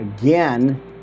Again